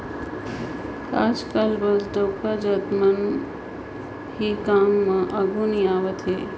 आएज काएल बस डउका जाएत कर मन ही काम में आघु नी आवत अहें